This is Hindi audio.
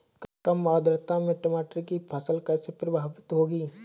कम आर्द्रता में टमाटर की फसल कैसे प्रभावित होगी?